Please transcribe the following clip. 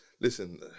listen